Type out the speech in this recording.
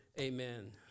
Amen